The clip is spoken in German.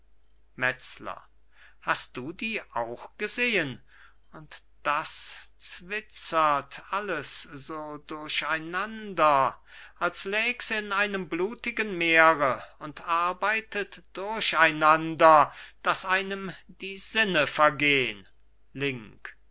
metzler hast du die auch gesehen und das zwitzert alles so durcheinander als läg's in einem blutigen meere und arbeitet durcheinander daß einem die sinne vergehn link